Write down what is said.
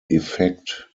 effect